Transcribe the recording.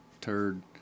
turd